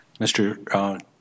Mr